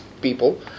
people